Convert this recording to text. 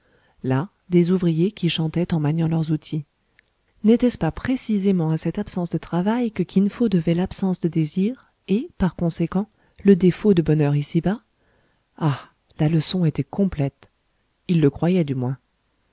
là des ouvriers qui chantaient en maniant leurs outils n'était-ce pas précisément à cette absence de travail que kin fo devait l'absence de désirs et par conséquent le défaut de bonheur ici-bas ah la leçon était complète il le croyait du moins